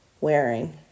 wearing